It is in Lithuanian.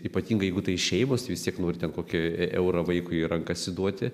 ypatingai jeigu tai šeimos vis tiek norit kokį eurą vaikui į rankas įduoti